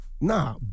nah